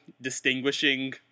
distinguishing